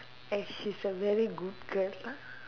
and she's a very good girl ah